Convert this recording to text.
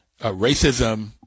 racism